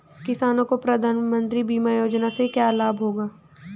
किसानों को प्रधानमंत्री बीमा योजना से क्या लाभ होगा?